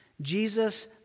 Jesus